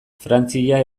frantzia